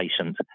patient